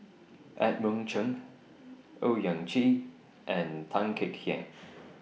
Edmund Cheng Owyang Chi and Tan Kek Hiang